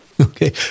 Okay